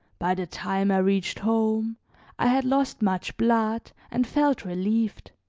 by the time i reached home i had lost much blood and felt relieved,